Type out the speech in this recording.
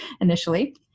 initially